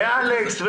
אלכס,